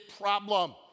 problem